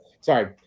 Sorry